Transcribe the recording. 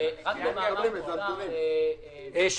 אנחנו לא נרצה לייצר את ההסתמכות הזאת.